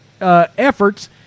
efforts